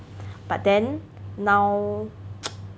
but then now